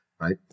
Right